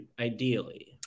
ideally